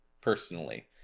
Personally